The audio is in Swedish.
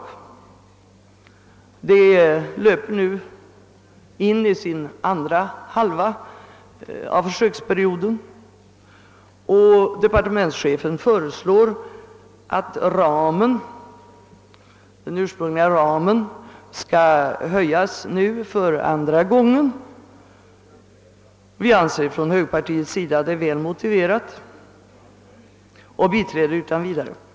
Vi är nu inne på den andra halvan av försöksperioden, och departementschefen föreslår att den ursprungliga ramen nu för andra gången skall höjas. Vi anser från högerpartiets sida att det är väl motiverat och biträder utan vidare förslaget.